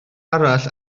arall